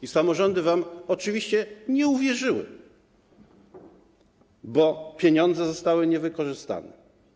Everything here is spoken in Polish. I samorządy wam oczywiście nie uwierzyły, bo pieniądze zostały niewykorzystane.